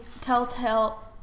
Telltale